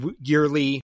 yearly